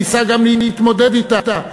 ניסה גם להתמודד אתו,